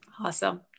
Awesome